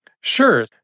Sure